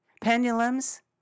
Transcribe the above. Pendulums